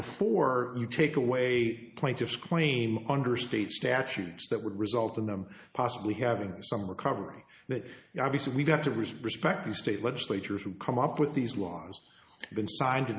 before you take away a plaintiff's claim under state statutes that would result in them possibly having some recovery that obviously we've got to respect the state legislatures who come up with these laws been signed